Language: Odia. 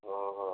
ହଁ ହଁ ହଁ